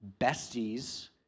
besties